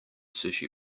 sushi